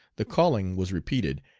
the calling was repeated,